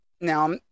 now